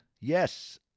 yes